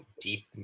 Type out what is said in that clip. deep